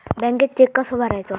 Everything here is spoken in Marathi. बँकेत चेक कसो भरायचो?